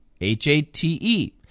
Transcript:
H-A-T-E